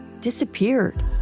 disappeared